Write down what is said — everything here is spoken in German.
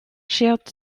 schert